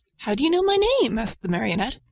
how do you know my name? asked the marionette.